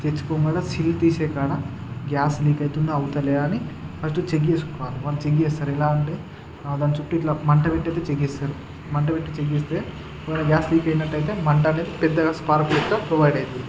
తెచ్చుకోగానే seal తీసే కాడ gas leak అయితుందా అవుతలేదా అని ఫస్ట్ చెక్ చేసుకోవాలి వాళ్ళు చెక్ చేస్తారు ఎలా అంటే దాని చుట్టు ఇలా మంట పెట్టి చెక్ చేస్తారు మంట పెట్టి చెక్ చేస్తే ఒకవేళ గ్యాస్ లీక్ అయినట్టు అయితే మంట అనేది పెద్దగా స్పార్క్ లెక్క ప్రొవైడ్ అయ్యిది